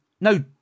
no